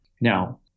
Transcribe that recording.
Now